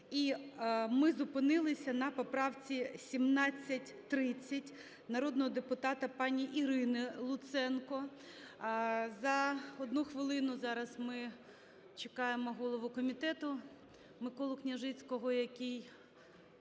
і ми зупинилися на поправці 1730 народного депутата пані Ірини Луценко. За одну хвилину зараз ми чекаємо голову комітету Миколу Княжицького, який